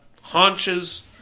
haunches